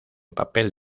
papel